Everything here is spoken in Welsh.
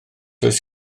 oes